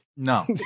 No